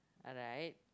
alright